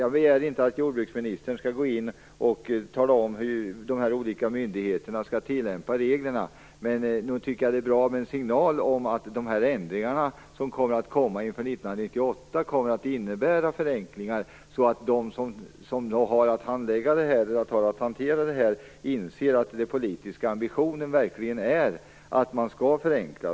Nu begär jag inte att jordbruksministern skall tala om hur de olika myndigheterna skall tillämpa reglerna, men nog vore det bra med en signal om att de ändringar som införs 1998 kommer att innebära förenklingar, så att de som har att hantera dessa frågor inser att den politiska ambitionen verkligen är att förenkla.